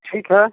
ठीक है